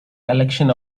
collection